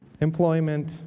employment